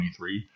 2023